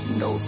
no